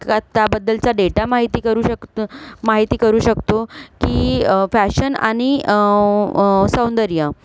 का त्याबद्दलचा डेटा माहिती करू शकतो माहिती करू शकतो की फॅशन आणि सौंदर्य